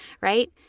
Right